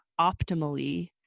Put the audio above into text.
optimally